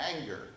anger